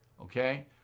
okay